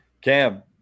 Cam –